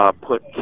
Put